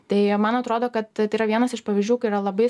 tai man atrodo kad tai yra vienas iš pavyzdžių kai yra labai